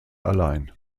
allein